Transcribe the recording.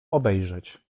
obejrzeć